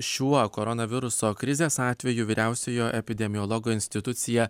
šiuo koronaviruso krizės atveju vyriausiojo epidemiologo institucija